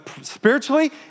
spiritually